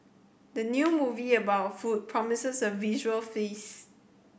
the new movie about food promises a visual feast